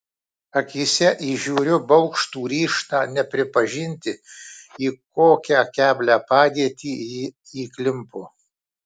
akyse įžiūriu baugštų ryžtą nepripažinti į kokią keblią padėtį ji įklimpo